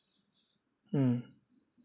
mm